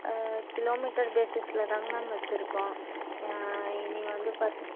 kilometre பேசிஸ்சில் தாங் ma'am வச்சுருக்கோம் இனி வந்து பார்த்து